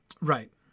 right